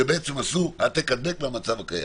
שעשו העתק-הדבק למצב הקיים.